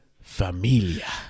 familia